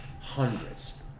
hundreds